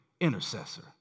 intercessor